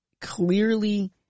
clearly